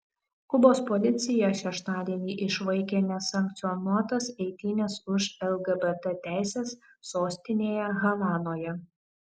kubos policija šeštadienį išvaikė nesankcionuotas eitynes už lgbt teises sostinėje havanoje